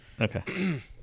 okay